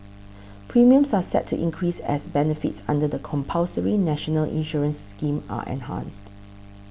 premiums are set to increase as benefits under the compulsory national insurance scheme are enhanced